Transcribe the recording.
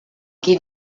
qui